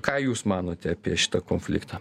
ką jūs manote apie šitą konfliktą